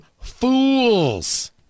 fools